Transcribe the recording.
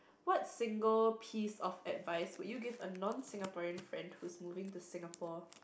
what single piece of advise would you give a non Singaporean friend who moving to Singapore